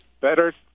better